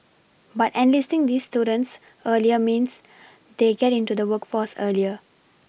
but enlisting these students earlier means they get into the workforce earlier